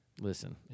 listen